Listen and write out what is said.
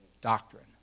doctrine